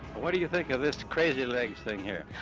what do you think of this crazy legs thing here?